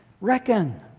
Reckon